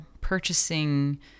purchasing